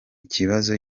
ikibazo